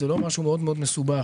זה לא משהו מאוד מאוד מסובך,